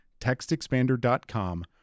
TextExpander.com